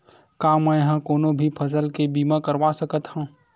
का मै ह कोनो भी फसल के बीमा करवा सकत हव?